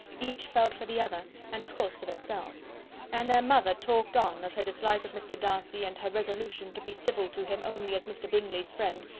each felt for the other, and of course for themselves and their mother talked on, of her dislike of mr. darcy, and her resolution to be civil to him only as mr. bingley's friend,